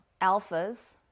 alphas